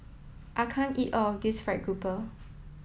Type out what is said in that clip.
I can't eat all of this fried grouper